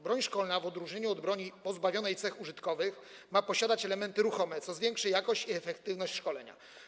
Broń szkolna w odróżnieniu od broni pozbawionej cech użytkowych ma posiadać elementy ruchome, co zwiększy jakość i efektywność szkolenia.